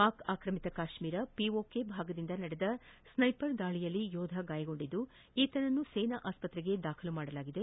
ಪಾಕ್ ಆಕ್ರಮಿತ ಕಾಶ್ನೀರ ಪಿಒಕೆ ಭಾಗದಿಂದ ನಡೆದ ಸ್ಟೈಪರ್ ದಾಳಿಯಲ್ಲಿ ಯೋಧ ಗಾಯಗೊಂಡಿದ್ದು ಇವರನ್ನು ಸೇನಾ ಆಸ್ತತ್ರೆಗೆ ದಾಖಲು ಮಾಡಲಾಗಿದೆ